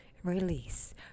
Release